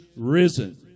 risen